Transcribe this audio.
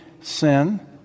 sin